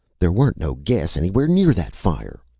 there weren't no gas anywhere near that fire.